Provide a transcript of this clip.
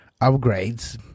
upgrades